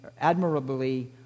admirably